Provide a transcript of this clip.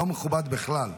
לא מכובד בכלל.